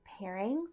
pairings